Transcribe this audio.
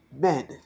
men